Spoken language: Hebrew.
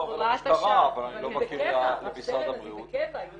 ולמשטרה אבל אני לא מכיר למשרד הבריאות.